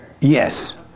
Yes